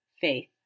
Faith